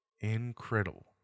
Incredible